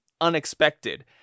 unexpected